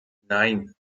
nein